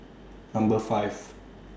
Number five